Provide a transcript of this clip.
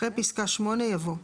אחרי פסקה (8) יבוא: